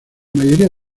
mayoría